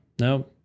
no